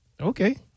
Okay